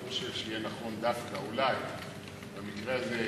חושב שיהיה נכון דווקא אולי במקרה הזה,